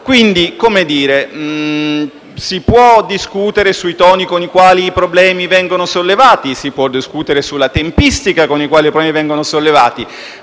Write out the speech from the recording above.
Quindi, si può discutere dei toni con i quali i problemi vengono sollevati e si può discutere sulla tempistica con i quali vengono sollevati,